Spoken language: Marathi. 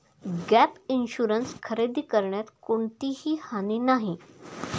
गॅप इन्शुरन्स खरेदी करण्यात कोणतीही हानी नाही